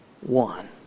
one